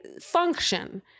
function